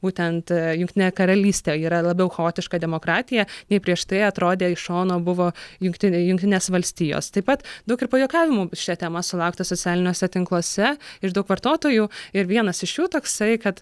būtent jungtinė karalystė yra labiau chaotiška demokratija nei prieš tai atrodė iš šono buvo jungtinė jungtinės valstijos taip pat daug ir pajuokavimų šia tema sulaukta socialiniuose tinkluose iš daug vartotojų ir vienas iš jų toksai kad